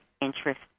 interest